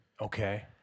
Okay